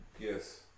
Yes